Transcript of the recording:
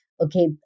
okay